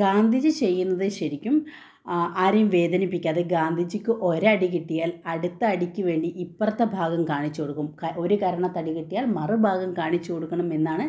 ഗാന്ധിജി ചെയ്യുന്നത് ശരിക്കും ആ ആരെയും വേദനിപ്പിക്കാതെ ഗാന്ധിജിക്ക് ഒരടി കിട്ടിയാല് അടുത്ത അടിക്ക് വേണ്ടി ഇപ്പുറത്തെ ഭാഗം കാണിച്ചു കൊടുക്കും ഒരു കരണത്ത് അടി കിട്ടിയാല് മറു ഭാഗം കാണിച്ചു കൊടുക്കണം എന്നാണ്